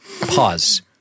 Pause